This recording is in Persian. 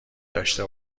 داشته